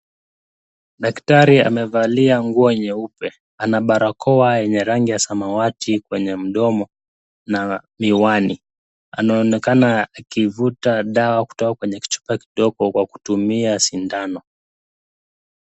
Daktari amevalia nguo nyeupe. Ana barakoa yenye rangi ya samawati kwenye mdomo, na miwani. Anaonekana akivuta dawa kutoka kwenye kichupa kidogo kwa kutumia sindano.